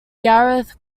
gareth